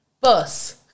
bus